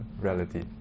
reality